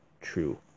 true